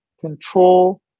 control